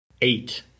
eight